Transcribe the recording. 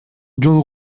жол